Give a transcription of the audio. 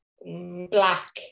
Black